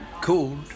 called